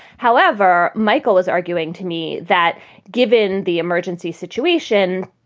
however, michael is arguing to me that given the emergency situation,